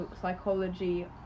psychology